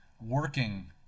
working